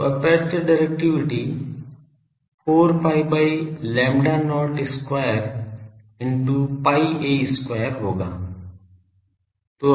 तो aperture directivity 4 pi by lambda not square into pi a square होगा